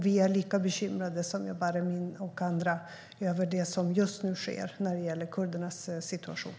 Vi är lika bekymrade som Jabar Amin och andra över det som just nu sker när det gäller kurdernas situation.